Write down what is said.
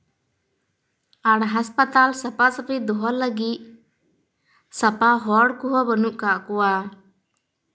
ᱟᱨ ᱦᱟᱸᱥᱯᱟᱛᱟᱞ ᱥᱟᱯᱷᱟᱼᱥᱟᱹᱯᱷᱤ ᱫᱚᱦᱚ ᱞᱟᱹᱜᱤᱫ ᱥᱟᱯᱷᱟ ᱦᱚᱲ ᱠᱚᱦᱚᱸ ᱵᱟᱱᱩᱜ ᱠᱟᱜ ᱠᱚᱣᱟ